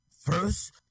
First